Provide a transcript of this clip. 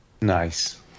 nice